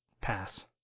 Pass